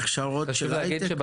הכשרות להייטק?